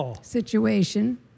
situation